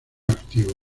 activo